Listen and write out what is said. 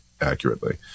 accurately